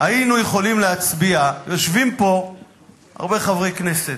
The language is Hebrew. היינו יכולים להצביע, יושבים פה הרבה חברי כנסת.